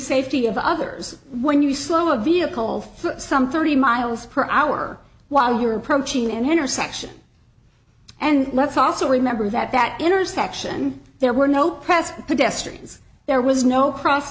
safety of others when you slow a vehicle for some thirty miles per hour while you're approaching an intersection and let's also remember that that intersection there were no press pedestrians there was no cross